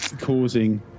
causing